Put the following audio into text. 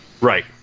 right